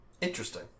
Interesting